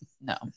No